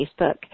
Facebook